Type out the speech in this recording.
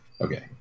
Okay